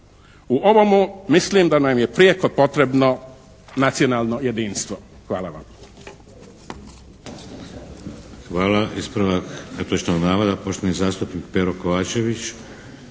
U ovomu mislim da nam je prijeko potrebno nacionalno jedinstvo. Hvala vam.